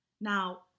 Now